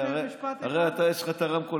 הרי יש לך את הרמקול,